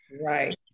Right